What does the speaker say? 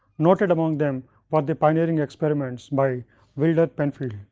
noted among them for the pioneering experiments by wilder penfield.